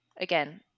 Again